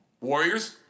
warriors